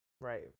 right